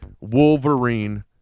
Wolverine